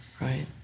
right